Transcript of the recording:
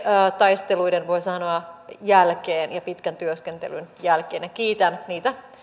taisteluiden jälkeen ja pitkän työskentelyn jälkeen kiitän niitä